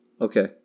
Okay